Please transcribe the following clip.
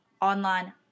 online